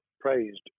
praised